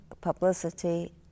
publicity